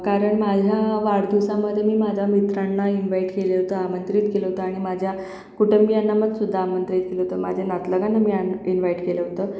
कारण माझ्या वाढदिवसामधे मी माझ्या मित्रांना इन्वाईट केलं होतं आमंत्रित केलं होतं आणि माझ्या कुटुंबीयांना मगसुद्धा आमंत्रित केलं होतं माझ्या नातलगांना मी आमं इन्वाईट केलं होतं